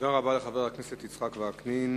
תודה רבה לחבר הכנסת יצחק וקנין.